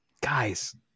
guys